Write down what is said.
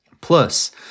Plus